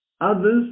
Others